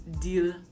deal